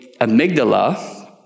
amygdala